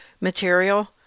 material